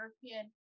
European